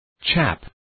Chap